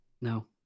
No